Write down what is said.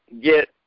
get